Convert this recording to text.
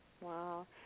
Wow